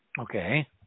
Okay